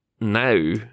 now